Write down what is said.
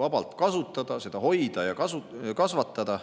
vabalt kasutada, seda hoida ja kasvatada.